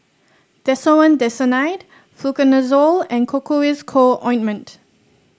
Desowen Desonide Fluconazole and Cocois Co Ointment